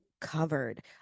Covered